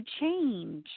change